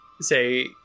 say